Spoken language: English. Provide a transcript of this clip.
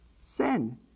sin